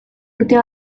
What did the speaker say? urtea